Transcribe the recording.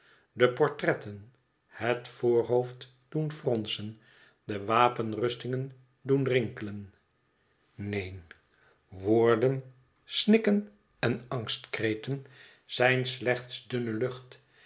de portretten het voorhoofd doen fronsen de wapenrustingen doen rinkelen neen woorden snikken en angstkreten zijn slechts dunne lucht